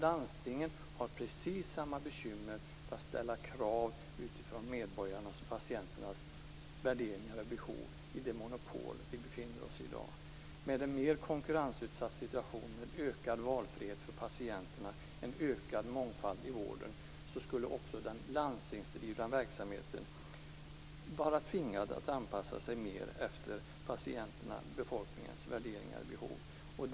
Landstingen har precis samma bekymmer på att ställa krav utifrån medborgarnas och patienternas värderingar och behov i det monopol vi befinner oss i i dag. Med en mer konkurrensutsatt situation med ökad valfrihet för patienterna, en ökad mångfald i vården, skulle också den landstingsdrivna verksamheten vara tvingad att anpassa sig mer efter patienternas, befolkningens, värderingar och behov.